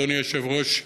אדוני היושב-ראש,